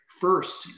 first